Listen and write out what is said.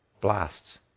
blasts